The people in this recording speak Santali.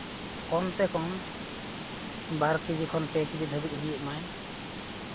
ᱠᱚᱢᱥᱮ ᱠᱚᱢ ᱵᱟᱨ ᱠᱮᱡᱤ ᱠᱷᱚᱱ ᱯᱮ ᱠᱮᱡᱤ ᱫᱷᱟᱹᱵᱤᱡ ᱦᱩᱭᱩᱜ ᱢᱟᱭ